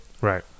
Right